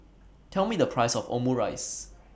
Tell Me The Price of Omurice